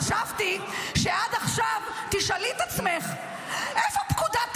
חשבתי שאת עכשיו תשאלי את עצמך איפה פקודת טקילה,